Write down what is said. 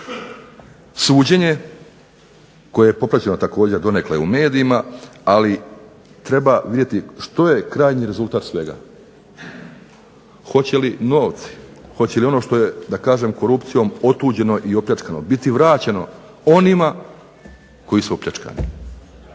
suđenje koje je popraćeno također donekle u medijima, ali treba vidjeti što je krajnji rezultat svega. Hoće li novci, hoće li ono što je korupcijom otuđeno i opljačkano biti vraćeno onima koji su opljačkani?